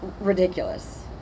ridiculous